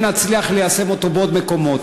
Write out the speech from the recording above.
אם נצליח ליישם אותו בעוד מקומות,